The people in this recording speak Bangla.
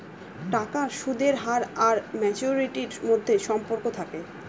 টাকার সুদের হার আর ম্যাচুরিটির মধ্যে সম্পর্ক থাকে